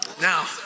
Now